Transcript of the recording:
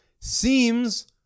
seems